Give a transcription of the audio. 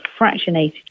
fractionated